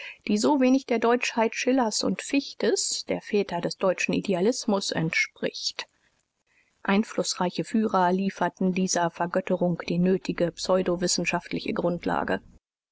die so wenig der deutschheit schillers u fichtes der väter des deutschen idealismus entspricht einflußreiche führer lieferten dieser vergottung die nötige pseudowissenschaftliche grundlage